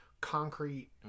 Concrete